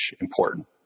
important